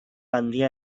handia